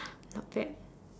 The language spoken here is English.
not bad